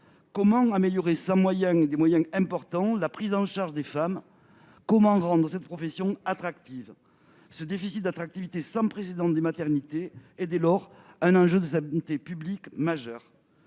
Comment améliorer, sans moyens réels, la prise en charge des femmes ? Comment rendre la profession attractive ? Ce déficit d'attractivité sans précédent des maternités est dès lors un enjeu de santé publique majeur.